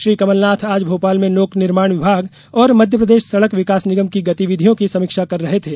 श्री कमलनाथ आज भोपाल में लोक निर्माण विभाग और मध्यप्रदेश सड़क विकास निगम की गतिविधियों की समीक्षा कर रहे थे